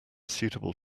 suitable